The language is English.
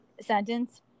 sentence